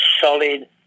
solid